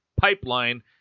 PIPELINE